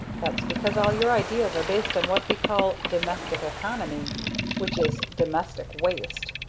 that's because all your ideas are based on what we call domestic economy which is domestic waste.